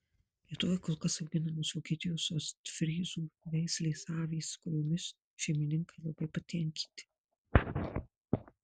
lietuvoje kol kas auginamos vokietijos ostfryzų veislės avys kuriomis šeimininkai labai patenkinti